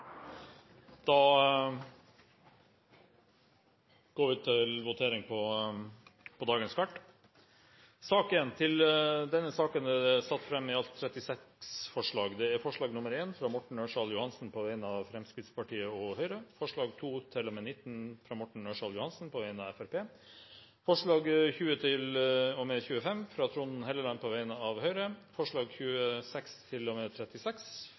Da går vi til votering over sakene på dagens kart. Under debatten er det satt fram i alt 36 forslag. Det er forslag nr. 1, fra Morten Ørsal Johansen på vegne av Fremskrittspartiet og Høyre forslagene nr. 2–19, fra Morten Ørsal Johansen på vegne av Fremskrittspartiet forslagene nr. 20–25, fra Trond Helleland på vegne av Høyre